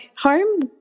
home